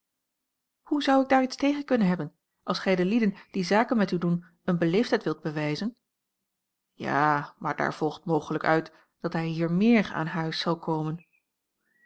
hoe zou ik daar iets tegen kunnen hebben als gij den lieden die zaken met u doen eene beleefdheid wilt bewijzen ja maar daar volgt mogelijk uit dat hij hier meer aan huis zal komen